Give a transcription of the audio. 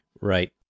Right